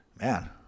man